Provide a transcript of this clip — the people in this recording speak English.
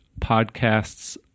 podcasts